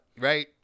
Right